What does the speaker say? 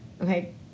Okay